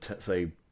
say